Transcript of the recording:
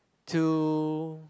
to